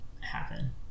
happen